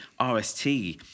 RST